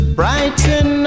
brighten